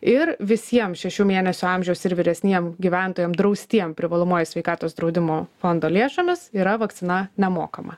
ir visiems šešių mėnesių amžiaus ir vyresniem gyventojam draustiem privalomuoju sveikatos draudimo fondo lėšomis yra vakcina nemokama